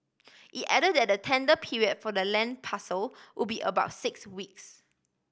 it add that the tender period for the land parcel would be about six weeks